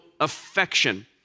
affection